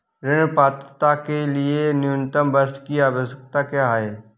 ऋण पात्रता के लिए न्यूनतम वर्ष की आवश्यकता क्या है?